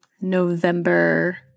November